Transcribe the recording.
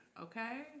Okay